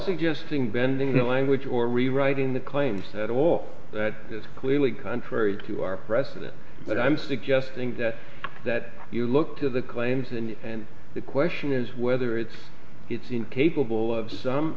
suggesting bending the language or rewriting the claims that all this clearly contrary to our precedent but i'm suggesting that that you look to the claims and the question is whether it's it's incapable of some